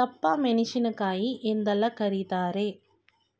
ದಪ್ಪಮೆಣಸಿನಕಾಯಿ ಎಂದೆಲ್ಲ ಕರಿತಾರೆ